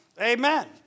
amen